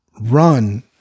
run